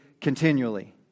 continually